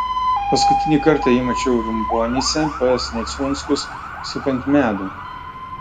paskutinį kartą jį mačiau rumbonyse pas neciunskus sukant medų